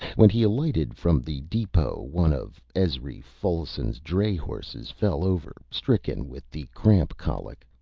when he alighted from the depot one of ezry folloson's dray horses fell over, stricken with the cramp colic.